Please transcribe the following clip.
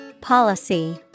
Policy